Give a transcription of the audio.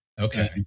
Okay